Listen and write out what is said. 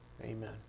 Amen